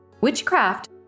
Witchcraft